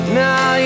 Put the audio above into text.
now